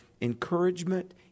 encouragement